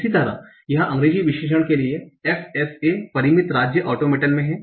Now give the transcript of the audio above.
इसी तरह यह अंग्रेजी विशेषण के लिए FSA परिमित राज्य ऑटोमेटन में है